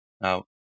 Now